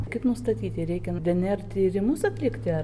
kaip nustatyti reikia dnr tyrimus atlikti